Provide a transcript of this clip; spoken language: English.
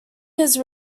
his